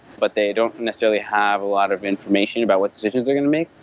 but they don't necessarily have a lot of information about what decisions they're going to make,